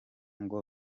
ngo